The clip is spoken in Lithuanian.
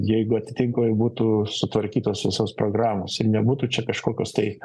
jeigu atitiko ir būtų sutvarkytos visos programos ir nebūtų čia kažkokios tai